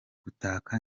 gutaka